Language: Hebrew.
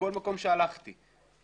בכל מקום שהלכתי אליו.